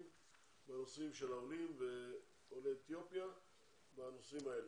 בנושאים של העולים ועולי אתיופיה בנושאים האלה.